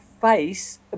face